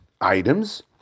items